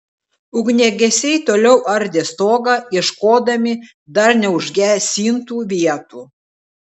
ugniagesiai toliau ardė stogą ieškodami dar neužgesintų vietų